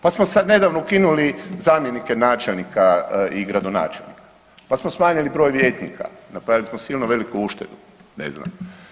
Pa smo sad nedavno ukinuli zamjenike načelnika i gradonačelnika, pa smo smanjili broj vijećnika, napravili smo silno veliku uštedu, ne znam.